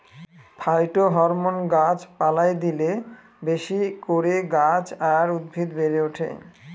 phytohormone গাছ পালায় দিলে বেশি করে গাছ আর উদ্ভিদ বেড়ে ওঠে